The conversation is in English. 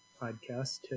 podcast